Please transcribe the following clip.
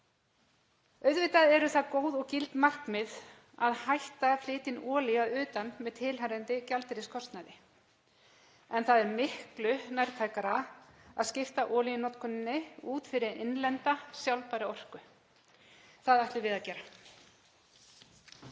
Auðvitað eru það góð og gild markmið að hætta að flytja inn olíu að utan með tilheyrandi gjaldeyriskostnaði en það er miklu nærtækara að skipta olíunotkuninni út fyrir innlenda, sjálfbæra orku. Það ætlum við að gera.